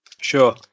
Sure